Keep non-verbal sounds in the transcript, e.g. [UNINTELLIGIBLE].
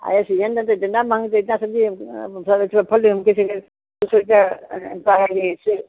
अरे सीजन में तो इतना महंग देता सब जे [UNINTELLIGIBLE] फल [UNINTELLIGIBLE] दो सौ रुपये का है ये